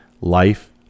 life